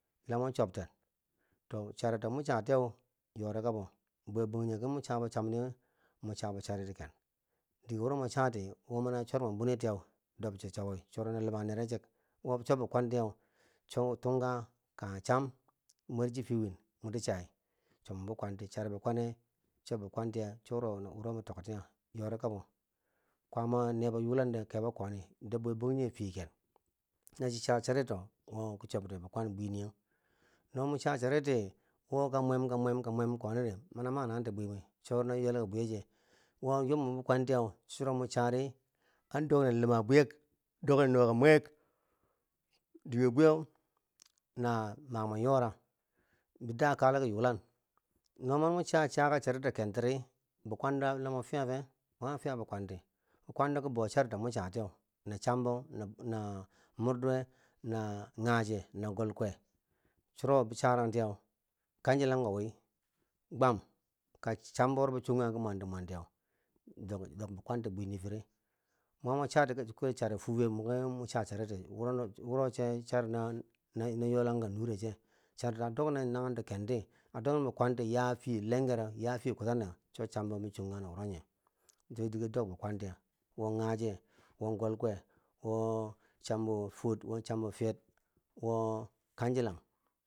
La mo chobten, to charito mo cha tiyeu yori kabo bwe bangjinghe ki mo chabo chamid mo chabo charito ken, dige wuro mo chati mani a chor mwen bwini tiye dobti cho wi cho na luma nere che, wo chobbi kwantiye chowi tunka kangha cham mwer chi fiye win moti chai chob men bi kwan charibi kwanne chob bi kwan tiye cho nuro ma toktiye yori kabo, kwaama nebo yulande kebo koni, dob bwenbangjinghe fiye ken no cho cha charito wo ki chobde bi kwanbiniiye no mo cha charity woka mwem ka mwem ka mwem koni di mana ma nanghen ti bwimwi, chuwo na ywelka bwiyoka che. wo a yok mwen bi kwantiye churo mo chari an doknen luma bwiyek, dok nen noka mwenghe dige bwiye na ma men yora, bi da kale ki yulang no ma mo chiya chaka charito kentiri, bikwando lamo fiya fe, ma mo fiya bikwanti, bikwando i bou charito mo chatiye, na chambo na murduwe na golgwe, churo bo charantiye kangjilang ko wi, gwam ka cham bo wo bo chongangi fo i mwanti ki mwanti ki mwanti dok bikwan ti bwi niifire ma mo chati ka chari fubebe moki mocha charity wo che charina yolangka nure che, charito a doknen nanghen do enti a doknen bik wanti ya fiye lenger, ya fiye kudan ehambo ma chonganghi nawuro nye wo golgwe, wo chambo fwor, wo chambo fiyer, wo kangjilang.